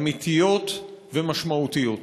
אמיתיות ומשמעותיות.